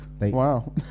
Wow